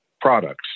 products